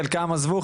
חלקם עזבו,